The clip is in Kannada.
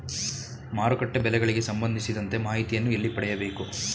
ಮಾರುಕಟ್ಟೆ ಬೆಲೆಗಳಿಗೆ ಸಂಬಂಧಿಸಿದಂತೆ ಮಾಹಿತಿಯನ್ನು ಎಲ್ಲಿ ಪಡೆಯಬೇಕು?